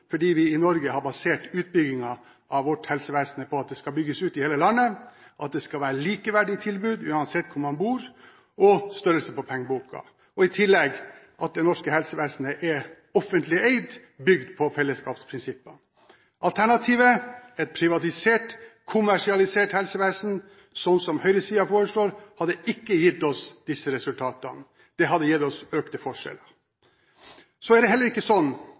fordi vi i Norge har basert utbyggingen av vårt helsevesen på at det skal bygges ut i hele landet, at det skal være likeverdige tilbud uansett bosted og størrelsen på pengeboken, og i tillegg at det norske helsevesenet er offentlig eid, bygd på fellesskapsprinsippene. Alternativet – et privatisert, kommersialisert helsevesen, sånn som høyresiden foreslår – hadde ikke gitt oss disse resultatene, det hadde gitt oss økte forskjeller. Det er ikke slik at vi er best på alt, og heller ikke